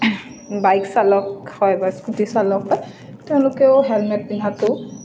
বাইকচালক হয় বা স্কুটিচালক হয় তেওঁলোকেও হেলমেট পিন্ধাটো